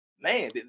man